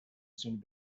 seemed